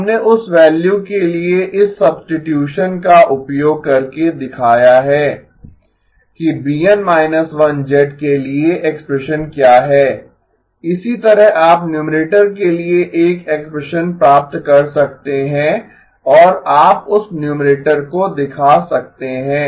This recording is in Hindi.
हमने उस वैल्यू के लिए इस सब्सिटयूसन का उपयोग करके दिखाया है कि BN−1 के लिए एक्सप्रेशन क्या है इसी तरह आप न्यूमरेटर के लिए एक एक्सप्रेशन प्राप्त कर सकते हैं और आप उस न्यूमरेटर को दिखा सकतें हैं